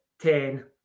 ten